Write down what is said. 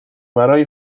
برای